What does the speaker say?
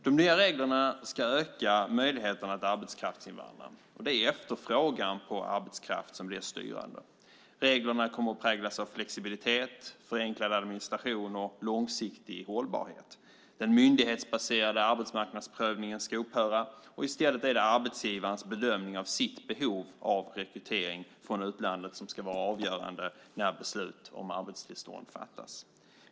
De nya reglerna ska öka möjligheterna att arbetskraftsinvandra, och det är efterfrågan på arbetskraft som blir styrande. Reglerna kommer att präglas av flexibilitet, förenklad administration och långsiktig hållbarhet. Den myndighetsbaserade arbetsmarknadsprövningen ska upphöra. I stället är det arbetsgivarens bedömning av behovet av rekrytering från utlandet som ska vara avgörande när beslut om arbetstillstånd fattas.